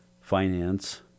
finance